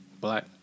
Black